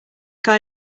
guy